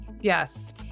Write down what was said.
Yes